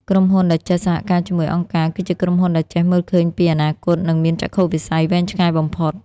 ក្រុមហ៊ុនដែលចេះសហការជាមួយអង្គការ គឺជាក្រុមហ៊ុនដែលចេះមើលឃើញពី "អនាគត" និងមានចក្ខុវិស័យវែងឆ្ងាយបំផុត។